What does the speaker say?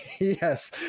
Yes